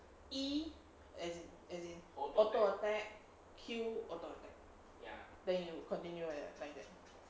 E as in as in auto attack Q auto attack then you continue like that